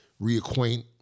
reacquaint